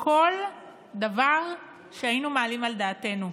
בכל דבר שהיינו מעלים על דעתנו,